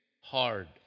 hard